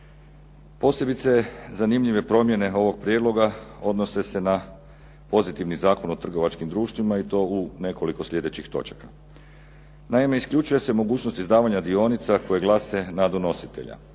Posebice zanimljive promjene ovog prijedloga odnose se na pozitivni Zakon o trgovačkim društvima i to u nekoliko sljedećih točaka. Naime, isključuje se mogućnost izdavanja dionica koje glase na donositelja.